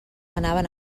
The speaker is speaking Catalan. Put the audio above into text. anaven